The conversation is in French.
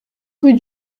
rue